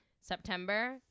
September